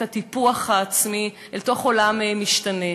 את הטיפוח העצמי בעולם משתנה,